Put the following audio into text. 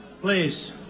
Please